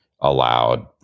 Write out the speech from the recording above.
allowed